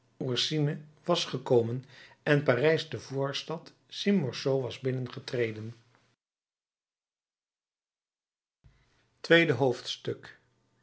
ourcine was gekomen en parijs de voorstad st marceau was binnengetreden tweede hoofdstuk